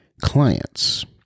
clients